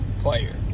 player